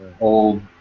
old